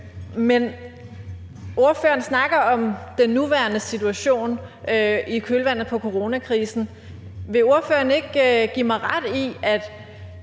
Ordføreren snakker om den nuværende situation i kølvandet på coronakrisen. Vil ordføreren ikke give mig ret i, at